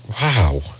Wow